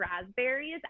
raspberries